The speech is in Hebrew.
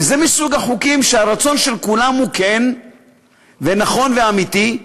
וזה מסוג החוקים שהרצון של כולם הוא כן ונכון ואמיתי,